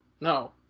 no